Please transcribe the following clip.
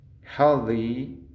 healthy